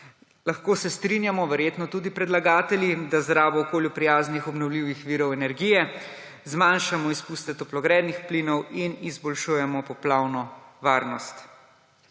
Lahko se strinjamo, verjetno tudi predlagatelji, da z rabo okolju prijaznih obnovljivih virov energije zmanjšamo izpuste toplogrednih plinov in izboljšujemo poplavno varnost.